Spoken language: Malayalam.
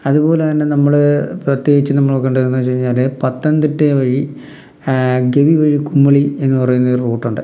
അതുപോലെ തന്നെ നമ്മൾ പ്രത്യേകിച്ച് നമ്മളൊക്കെയുണ്ടെന്ന് വെച്ച് കഴിഞ്ഞാൽ പത്തനംതിട്ട വഴി ഗവി വഴി കുമ്മളി എന്ന് പറയുന്ന ഒരു റൂട്ടൊണ്ട്